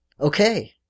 Okay